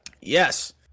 Yes